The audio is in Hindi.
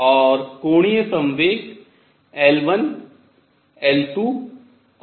और कोणीय संवेग L1 L2 और L3 हैं